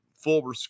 Full